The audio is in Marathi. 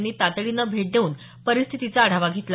यांनी तातडीनं भेट देवून परिस्थितीचा आढावा घेतला